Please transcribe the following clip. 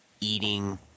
eating